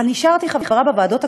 אבל נשארתי חברה בוועדות הקבועות,